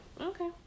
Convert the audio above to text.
Okay